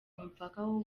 mupaka